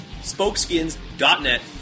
spokeskins.net